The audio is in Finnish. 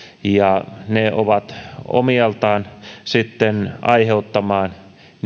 ja ne ovat omiaan sitten aiheuttamaan